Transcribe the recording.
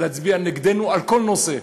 להצביע נגדנו בכל נושא.